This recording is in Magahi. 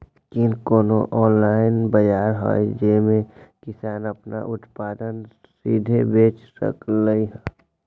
कि कोनो ऑनलाइन बाजार हइ जे में किसान अपन उत्पादन सीधे बेच सकलई ह?